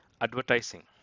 Advertising